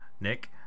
Nick